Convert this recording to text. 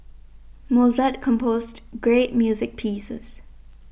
Mozart composed great music pieces